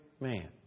man